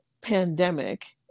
pandemic